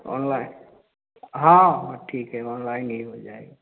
online हाँ हाँ ठीक है ऑनलाइन ही हो जाएगा